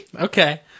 Okay